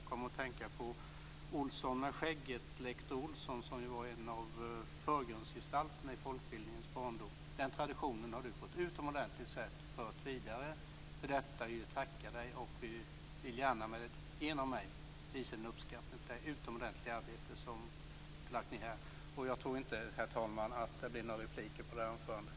Jag kommer att tänka på "Olsson med skägget", lektor Olsson, som var en av förgrundsgestalterna i folkbildningens barndom. Den traditionen har Berit Oscarsson på ett utomordentligt sätt fört vidare. För detta vill vi tacka henne. Genom mig vill utskottet visa sin uppskattning för det utomordentliga arbete som Berit Oscarsson har lagt ned. Jag tror inte, herr talman, att det blir några repliker på det här anförandet.